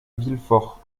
villefort